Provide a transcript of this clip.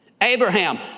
Abraham